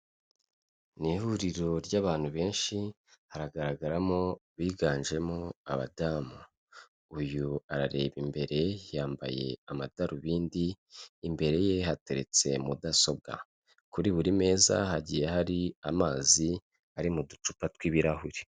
Ni ihuriro ry'abantu benshi, haragaragaramo abiganjemo abadamu, uyu arareba imbere yambaye amadarubindi, imbere ye hateretse mudasobwa, kuri buri meza hagiye hari amazi ari mu ducupa tw'ibirahuri.